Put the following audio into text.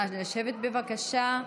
נא לשבת, בבקשה.